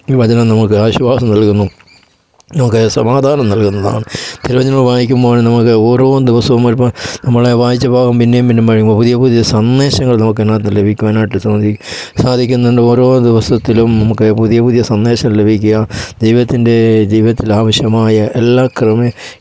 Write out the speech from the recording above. ഈ വചനം നമക്ക് ആശ്വാസം നൽകുന്നു നമുക്ക് സമാധാനം നൽകുന്നതാണ് തിരുവചനങ്ങൾ വായിക്കുമ്പോൾ നമുക്ക് ഓരോ ദിവസം വരുമ്പം നമ്മൾ വായിച്ച ഭാഗം പിന്നെയും പിന്നെയും പുതിയ പുതിയ സന്ദേശങ്ങൾ നമുക്ക് അതിനകത്ത് ലഭിക്കുവാനായിട്ട് സാധിക്കും സാധിക്കുന്നുണ്ട് ഓരോ ദിവസത്തിലും നമുക്ക് പുതിയ പുതിയ സന്ദേശം ലഭിക്കയാ ജീവിതത്തിൻ്റെ ജീവിതത്തിൽ ആവശ്യമായ എല്ലാ ക്രമം